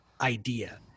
idea